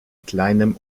kleinem